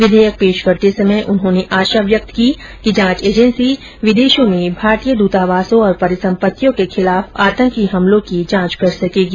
विधेयक पेश करते समय उन्होंने आशा व्यक्त की कि जांच एजेंसी विदेशों में भारतीय दूतावासों और परिसम्पत्तियों के खिलाफ आतंकी हमलों की जांच कर सकेगी